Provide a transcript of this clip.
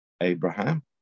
Abraham